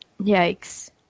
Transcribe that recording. Yikes